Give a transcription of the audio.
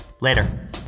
Later